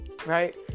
Right